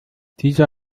diese